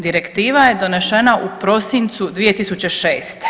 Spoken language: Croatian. Direktiva je donešena u prosincu 2006.